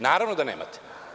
Naravno da nemate.